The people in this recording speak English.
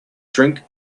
drink